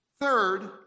third